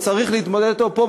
וצריך להתמודד אתו פה,